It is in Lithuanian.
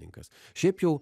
tai kas šiaip jau